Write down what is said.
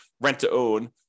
rent-to-own